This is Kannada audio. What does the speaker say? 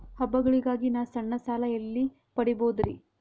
ಹಬ್ಬಗಳಿಗಾಗಿ ನಾ ಸಣ್ಣ ಸಾಲ ಎಲ್ಲಿ ಪಡಿಬೋದರಿ?